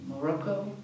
Morocco